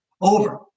over